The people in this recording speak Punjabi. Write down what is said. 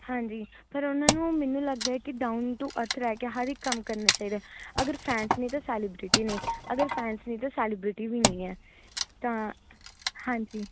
ਹਾਂਜੀ ਪਰ ਉਨ੍ਹਾਂ ਨੂੰ ਮੈਨੂੰ ਲੱਗਦਾ ਹੈ ਕਿ ਡਾਊਨ ਟੂ ਅਰਥ ਰਹਿ ਕੇ ਹਰ ਇੱਕ ਕੰਮ ਕਰਨਾ ਚਾਹੀਦਾ ਅਗਰ ਫੈਂਨਸ ਨੇ ਤਾਂ ਸੈਲੀਬ੍ਰੀਟੀ ਨੇ ਅਗਰ ਫੈਨਸ ਨਹੀਂ ਤਾਂ ਸੈਲੀਬ੍ਰੀਟੀ ਵੀ ਨਹੀਂ ਹੈ ਤਾਂ ਹਾਂਜੀ